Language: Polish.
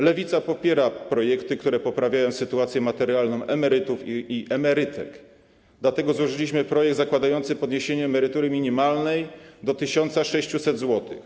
Lewica popiera projekty, które poprawiają sytuację materialną emerytów i emerytek, dlatego złożyliśmy projekt zakładający podniesienie emerytury minimalnej do 1600 zł.